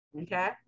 Okay